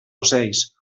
ocells